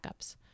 Backups